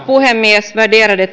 puhemies värderade